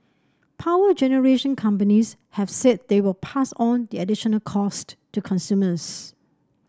power generation companies have said they will pass on the additional costs to consumers